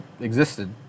existed